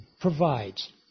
provides